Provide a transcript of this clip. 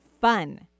fun